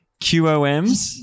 QOMs